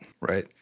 right